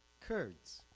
kurds,